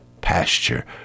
pasture